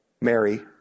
Mary